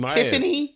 Tiffany